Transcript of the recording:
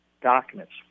documents